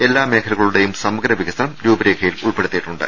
എല്ലാ മേഖലകളുടെയും സമഗ്ര വിക സനം രൂപരേഖയിൽ ഉൾപ്പെടുത്തിയിട്ടുണ്ട്